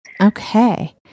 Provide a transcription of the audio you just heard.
Okay